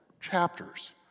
chapters